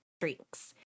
drinks